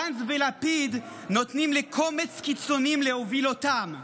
גנץ ולפיד נותנים לקומץ של קיצוניים להוביל אותם.